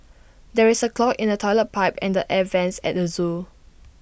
there is A clog in the Toilet Pipe and the air Vents at the Zoo